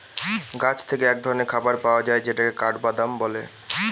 গাছ থেকে এক ধরনের খাবার পাওয়া যায় যেটাকে কাঠবাদাম বলে